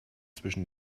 zwischen